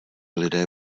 lidé